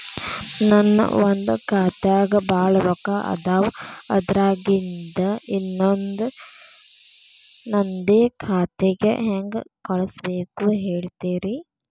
ನನ್ ಒಂದ್ ಖಾತ್ಯಾಗ್ ಭಾಳ್ ರೊಕ್ಕ ಅದಾವ, ಅದ್ರಾಗಿಂದ ಇನ್ನೊಂದ್ ನಂದೇ ಖಾತೆಗೆ ಹೆಂಗ್ ಕಳ್ಸ್ ಬೇಕು ಹೇಳ್ತೇರಿ?